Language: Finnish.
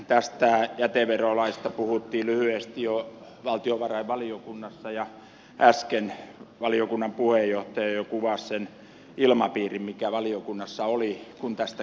tästä jäteverolaista puhuttiin lyhyesti jo valtiovarainvaliokunnassa ja äsken valiokunnan puheenjohtaja jo kuvasi sen ilmapiirin mikä valiokunnassa oli kun tästä keskusteltiin